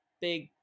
big